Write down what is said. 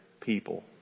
people